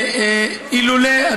אילולא,